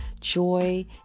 joy